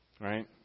right